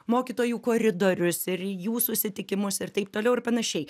mokytojų koridorius ir į jų susitikimus ir taip toliau ir panašiai